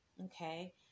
Okay